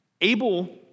Abel